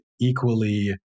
equally